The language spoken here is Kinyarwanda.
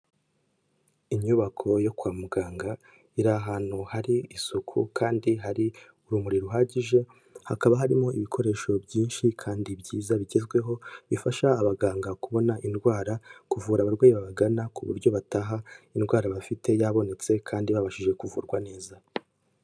Inyubako yo kwa muganga iri ahantu hari isuku kandi hari urumuri ruhagije, hakaba harimo ibikoresho byinshi kandi byiza bigezweho bifasha abaganga kubona indwara, kuvura abarwayi babagana ku buryo bataha indwara bafite yabonetse kandi babashije kuvurwa neza.